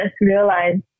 realized